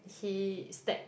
he stack